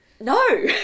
No